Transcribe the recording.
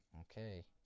Okay